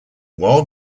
while